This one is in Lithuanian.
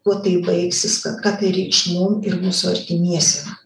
kuo tai baigsis ką ką tai reikš mum ir mūsų artimiesiem